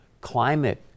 climate